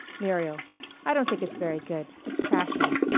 muriel i don't think it's very good. it's trashy.